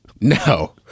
No